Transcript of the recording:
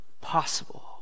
possible